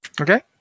Okay